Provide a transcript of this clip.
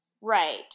right